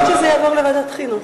אני מבקשת שזה יעבור לוועדת החינוך.